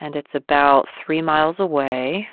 and it's about three miles away